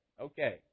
Okay